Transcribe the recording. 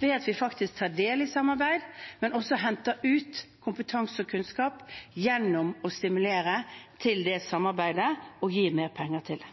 at vi faktisk tar del i samarbeid, men også henter ut kompetanse og kunnskap gjennom å stimulere til det samarbeidet og gi mer penger til det.